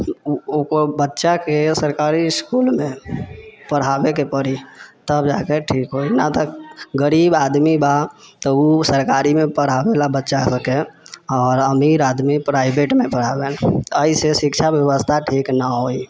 ओ बच्चाके सरकारी इसकुलमेमे पढ़ाबैके पड़ी तब जाके ठीक होइ नहि तऽ गरीब आदमी बा तऽ ओ सरकारीमे पढ़ाबैला बच्चाआरके आओर अमीर आदमी प्राइवेटमे पढ़ाबैला एहिसँ शिक्षा बेबस्था ठीक नहि होइ